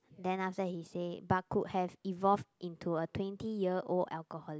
then after that he say but could have evolved into a twenty year old alcoholic